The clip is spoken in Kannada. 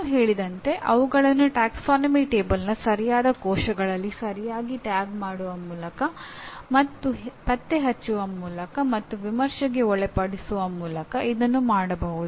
ನಾನು ಹೇಳಿದಂತೆ ಅವುಗಳನ್ನು ಪ್ರವರ್ಗ ಕೋಷ್ಟಕದ ಸರಿಯಾದ ಕೋಶಗಳಲ್ಲಿ ಸರಿಯಾಗಿ ಟ್ಯಾಗ್ ಮಾಡುವ ಮೂಲಕ ಮತ್ತು ಪತ್ತೆಹಚ್ಚುವ ಮೂಲಕ ಮತ್ತು ವಿಮರ್ಶೆಗೆ ಒಳಪಡಿಸುವ ಮೂಲಕ ಇದನ್ನು ಮಾಡಬಹುದು